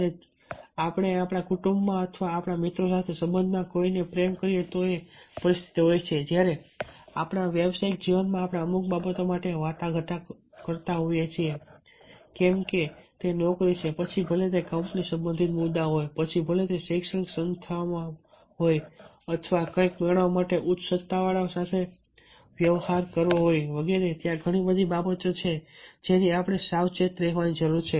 અને આપણે આપણા કુટુંબમાં અથવા આપણા મિત્રો સાથે સંબંધમાં કોઈને પ્રેમ કરીએ તો તે પરિસ્થિતિ હોય છે જ્યારે આપણા વ્યવસાયિક જીવનમાં આપણે અમુક બાબતો માટે વાટાઘાટો કરતા હોઈએ છીએ કે કેમ તે નોકરી છે પછી ભલે તે કંપની સંબંધિત મુદ્દાઓ હોય પછી ભલે તે શૈક્ષણિક સંસ્થાઓમાં હોય અથવા કંઈક મેળવવા માટે ઉચ્ચ સત્તાવાળાઓ સાથે વ્યવહાર કરવો હોય વગેરે ત્યાં ઘણી બધી બાબતો છે જેની આપણે સાવચેત રહેવાની જરૂર છે